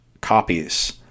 copies